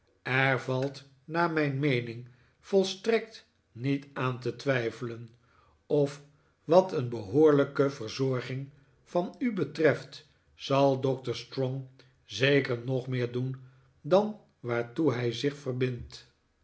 valt naar mijn meening volstrekt niet aan te twijfelen of wat een behoorlijke verzorging van u betreft zal doctor strong zeker nog meer doen dan waartoe hij zich verbindt